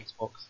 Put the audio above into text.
Xbox